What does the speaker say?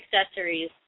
accessories